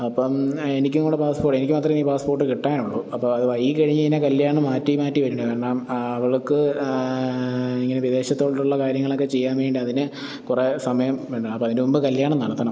അപ്പം ആ എനിക്കും കൂടെ പാസ്പോർട്ട് എനിക്ക് മാത്രമെ ഇനി പാസ്പോർട്ട് കിട്ടാനുള്ളൂ അപ്പം അത് വൈകി കഴിഞ്ഞ് കഴിഞ്ഞാൽ കല്ല്യാണം മാറ്റി മാറ്റി വരില്ലെ കാരണം അവൾക്ക് ഇങ്ങനെ വിദേശത്തോട്ടുള്ള കാര്യങ്ങളൊക്കെ ചെയ്യാൻ വേണ്ടി അതിന് കുറെ സമയം വേണം അപ്പം അതിന് മുമ്പ് കല്ല്യാണം നടത്തണം